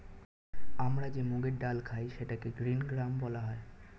আমরা যে মুগের ডাল খাই সেটাকে গ্রীন গ্রাম বলা হয়